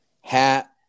Hat